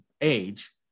age